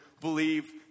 believe